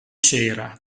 cera